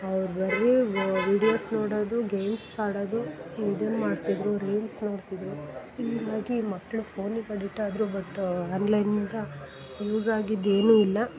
ಅವ್ರು ಬರೀ ವೀಡಿಯೋಸ್ ನೋಡೋದು ಗೇಮ್ಸ್ ಅದೊಂದು ಇದನ್ನು ಮಾಡ್ತಿದ್ದರು ರೀಲ್ಸ್ ನೋಡ್ತಿದ್ದರು ಹಿಂಗಾಗಿ ಮಕ್ಕಳು ಫೋನಿಗೆ ಅಡಿಟ್ ಆದರು ಬಟ್ ಆನ್ಲೈನಿಂದ ಯೂಸ್ ಆಗಿದ್ದು ಏನೂ ಇಲ್ಲ